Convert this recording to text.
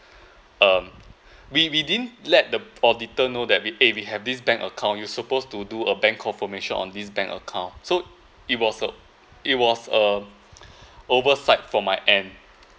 um we we didn't let the auditor know that eh we have this bank account you supposed to do a bank confirmation on this bank account so it was a it was a oversight for my end